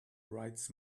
rights